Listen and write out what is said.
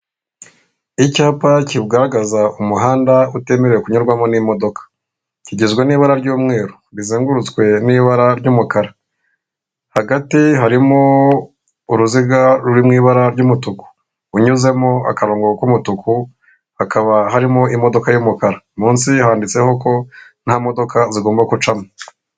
Icyapa kigaragaza umuhanda utemerewe kunyurwamo n'imodoka, kigizwe n'ibara ry'umweru rizengurutswe n'ibara ry'umukara, hagati harimo uruziga ruri mu ibara ry'umutuku, unyuzemo akarongo k'umutuku hakaba harimo imodoka y'umukara. Munsi handitseho ko nta modoka zigomba gucamo